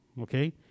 Okay